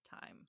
time